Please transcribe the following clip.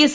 S